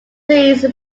these